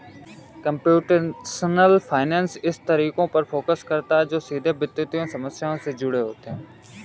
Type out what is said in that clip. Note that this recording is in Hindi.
कंप्यूटेशनल फाइनेंस इन तरीकों पर फोकस करता है जो सीधे वित्तीय समस्याओं से जुड़े होते हैं